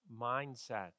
mindset